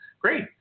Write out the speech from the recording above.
great